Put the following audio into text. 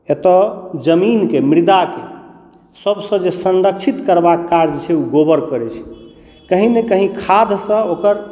एतय जमीनके मृदाके सभसँ जे संरक्षित करबाक काज छै ओ गोबर करैत छै कहीँ न कहीँ खादसँ ओकर